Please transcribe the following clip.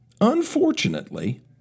Unfortunately